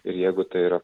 ir jeigu tai yra